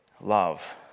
love